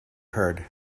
heard